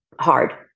hard